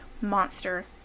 monster